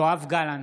בעד יואב גלנט,